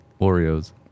Oreos